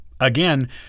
Again